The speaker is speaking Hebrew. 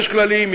יש כללים,